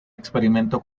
experimento